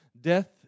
death